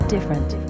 Different